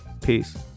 Peace